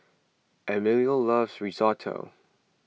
Emilio loves Risotto